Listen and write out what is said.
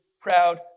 proud